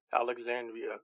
Alexandria